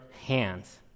hands